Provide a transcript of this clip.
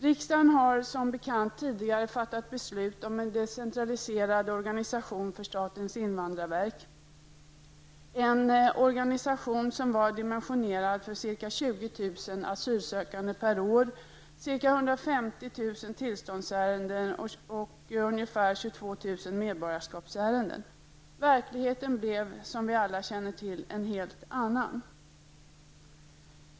Riksdagen har som bekant tidigare fattat beslut om en decentraliserad organisation för statens invandrarverk, en organisation som var dimensionerad för ca 20 000 asylsökande per år, ca medborgarskapsärenden. Verkligheten blev som alla känner till en helt annan.